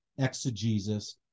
exegesis